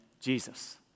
Jesus